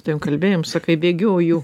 tavim kalbėjom sakai bėgioju